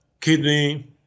kidney